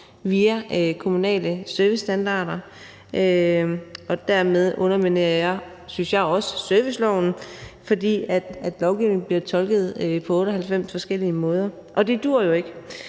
via kommunale servicestandarder; det underminerer serviceloven, synes jeg, fordi lovgivningen bliver tolket på 98 forskellige måder. Og det duer jo ikke.